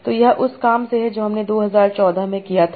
तो यह उस काम से है जो हमने 2014 में किया था